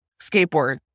skateboard